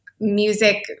music